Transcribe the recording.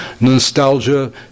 nostalgia